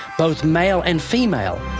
both male and female,